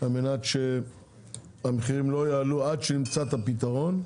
על מנת שהמחירים לא יעלו עד שנמצא את הפתרון.